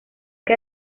que